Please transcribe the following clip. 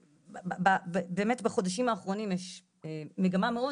באמת בחודשים האחרונים ישנה מגמה מאוד